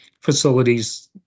facilities